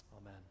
Amen